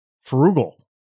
frugal